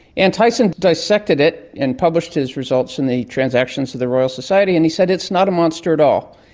and tyson dissected it and published his results in the transactions of the royal society and he said it's not a monster at all,